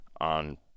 on